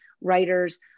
writers